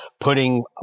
putting